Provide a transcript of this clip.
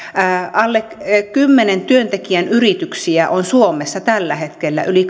alle kymmenen työntekijän yrityksiä on suomessa tällä hetkellä yli